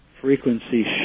frequency